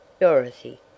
Dorothy